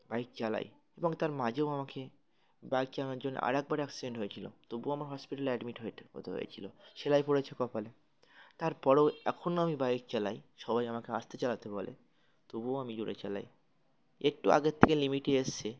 bike চালাই এবং তার মাঝেও আমাকে বাইক চালানোর জন্য আরেকবার অ্যাক্সিডেন্ট হয়েছিলো তবুও আমার হসপিটালে অ্যাডমিট হয়ে হতে হয়েছিল সেলাই পড়েছে কপালে তারপরেও এখনও আমি বাইক চালাই সবাই আমাকে আসতে চালাতে বলে তবুও আমি জুড়ে চালাই একটু আগের থেকে লিমিটে এসছে